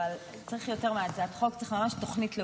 אבל צריך יותר מהצעת חוק, צריך ממש תוכנית לאומית.